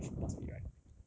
but I watched buzzfeed right